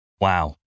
Wow